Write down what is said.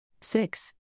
Six